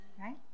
right